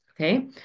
okay